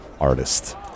artist